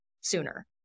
sooner